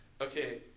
Okay